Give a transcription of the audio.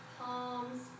palms